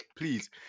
Please